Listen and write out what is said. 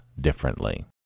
differently